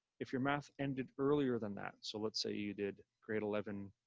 if your math ended earlier than that, so let's say you did grade eleven.